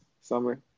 summer